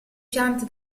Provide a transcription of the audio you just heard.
piante